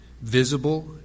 visible